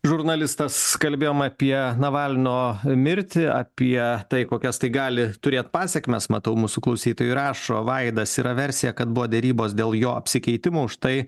žurnalistas kalbėjom apie navalno mirtį apie tai kokias tai gali turėt pasekmes matau mūsų klausytojai rašo vaidas yra versija kad buvo derybos dėl jo apsikeitimo už tai